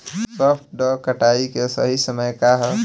सॉफ्ट डॉ कटाई के सही समय का ह?